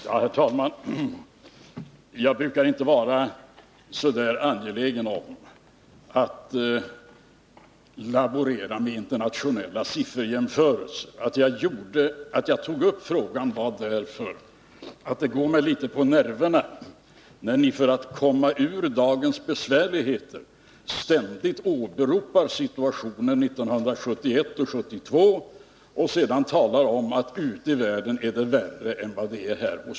Herr talman! Jag brukar inte vara så angelägen om att laborera med internationella sifferjämförelser. Anledningen till att jag tog upp frågan var att det går mig litet på nerverna när ni för att komma ur dagens svårigheter ständigt åberopar situationen 1971 och 1972 och sedan talar om att ute i världen är det värre än hos oss.